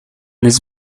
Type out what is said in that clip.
his